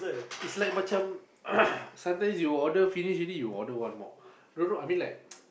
it's like macam sometimes you order finish already you order one more I don't know like